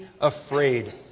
afraid